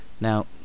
now